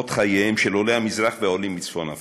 אורחות חייהם של עולי המזרח והעולים מצפון אפריקה.